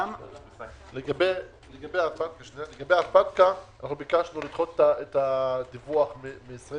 לגבי הפטקא, אנחנו ביקשנו לדחות את הדיווח מ-20